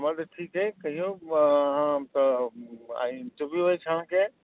हमर तऽ ठीक अछि कहिऔ अहाँके आइ इन्टरव्यू अछि अहाँके